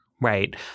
right